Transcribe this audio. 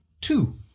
two